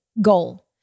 Goal